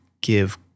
give